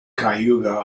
cayuga